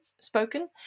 spoken